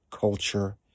culture